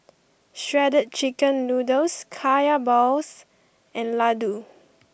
Shredded Chicken Noodles Kaya Balls and Laddu